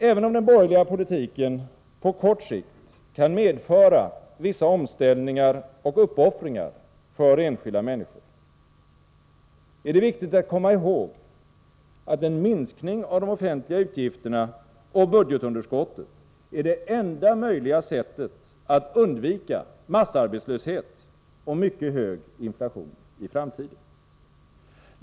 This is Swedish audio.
Även om den borgerliga politiken på kort sikt kan medföra vissa omställningar och uppoffringar för enskilda människor, är det viktigt att komma ihåg att en minskning av de offentliga utgifterna och budgetunderskottet är det enda möjliga sättet att undvika massarbetslöshet och mycket hög inflation i framtiden.